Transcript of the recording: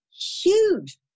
huge